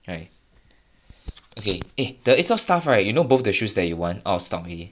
right okay eh the Asos stuff right you know both the shoes that you want out of stock already